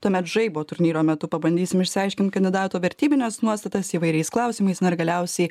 tuomet žaibo turnyro metu pabandysim išsiaiškint kandidato vertybines nuostatas įvairiais klausimais na ir galiausiai